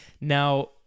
Now